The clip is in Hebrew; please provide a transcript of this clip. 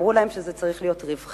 אמרו להם שזה צריך להיות רווחי?